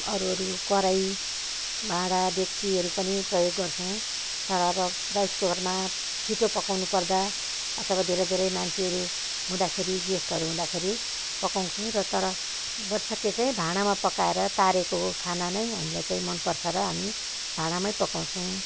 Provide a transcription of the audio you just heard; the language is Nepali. अरू अरू कराही भाँडा डेक्चीहरू पनि प्रयोग गर्छौँ तर अब राइस कुकरमा छिटो पकाउँनु पर्दा अथवा धेरै धेरै मान्छेहरू हुदाँखेरि गेस्टहरू हुदाँखेरि पकाउँछौँ र तर भर सके चाहिँ भाँडामा पकाएर तारेको खाना नै हामीलाई चाहिँ मनपर्छ र हामी भाँडामै पकाउँछौँ